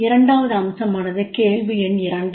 இரண்டாவது அம்சமானது கேள்வி எண் 2